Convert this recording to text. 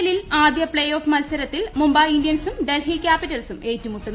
എല്ലിൽ ആദ്യ play off മത്സരത്തിൽ മുംബൈ ഇന്ത്യൻസും ഡൽഹി കൃാപിറ്റൽസും ഏറ്റുമുട്ടുന്നു